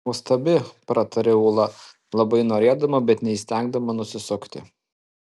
nuostabi prataria ūla labai norėdama bet neįstengdama nusisukti